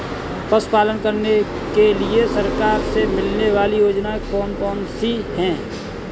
पशु पालन करने के लिए सरकार से मिलने वाली योजनाएँ कौन कौन सी हैं?